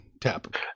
tap